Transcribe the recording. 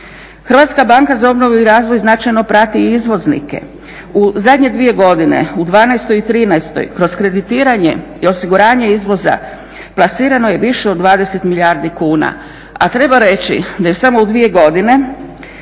Hrvatska banka za obnovu i razvoj značajno prati i izvoznike. U zadnje dvije godine u dvanaestoj i trinaestoj kroz kreditiranje i osiguranje izvoza plasirano je više od 20 milijardi kuna, a treba reći da je samo u dvije godine